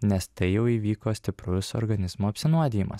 nes tai jau įvyko stiprus organizmo apsinuodijimas